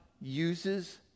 uses